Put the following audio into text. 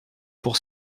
pour